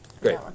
great